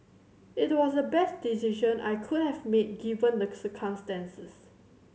it was the best decision I could have made given the circumstances